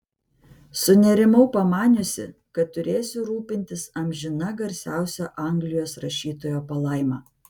sunerimau pamaniusi kad turėsiu rūpintis amžina garsiausio anglijos rašytojo palaima